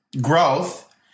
growth